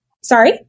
sorry